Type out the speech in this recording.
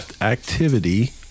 activity